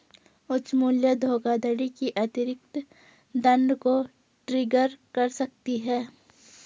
उच्च मूल्य धोखाधड़ी भी अतिरिक्त दंड को ट्रिगर कर सकती है